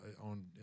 on